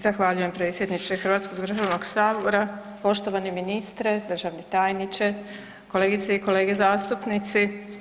Zahvaljujem predsjedniče državnog Sabora, poštovani ministre, državni tajniče, kolegice i kolege zastupnici.